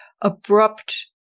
abrupt